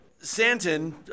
Santen